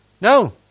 No